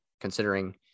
considering